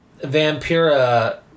Vampira